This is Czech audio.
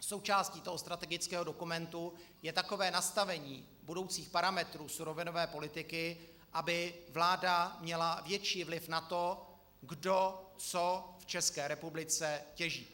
Součástí toho strategického dokumentu je takové nastavení budoucích parametrů surovinové politiky, aby vláda měla větší vliv na to, kdo co v České republice těží.